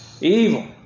evil